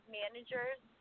managers